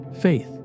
Faith